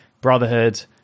brotherhood